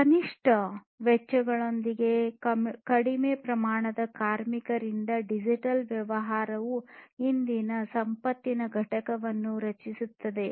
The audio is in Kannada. ಕನಿಷ್ಠ ವೆಚ್ಚಗಳೊಂದಿಗೆ ಕಡಿಮೆ ಪ್ರಮಾಣ ಕಾರ್ಮಿಕರಿಂದ ಡಿಜಿಟಲ್ ವ್ಯವಹಾರವು ಇಂದಿನ ಸಂಪತ್ತಿನ ಘಟಕವನ್ನು ರಚಿಸುತ್ತದೆ